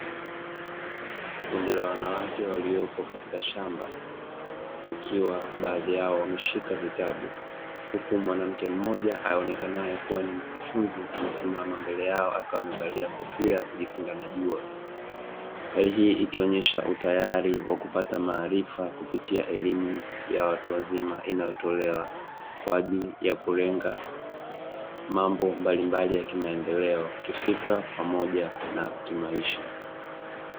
Kundi la wanawake waliopo katika shamba wakiwa baadhi yao wameshika vitabu. Huku mwanamke mmoja aonekanaye kuwa ni mkufunzi amesimama mbele yao akiwa amevalia kofia kujikinga na jua. Hali hii ikionyesha utayari wa kupata maarifa kupitia elimu ya watu wazima inayotolewa kwa ajili ya kulenga mambo mbalimbali ya kimaendeleo, kifikra pamoja na kimaisha.